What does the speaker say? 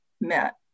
met